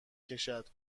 کشد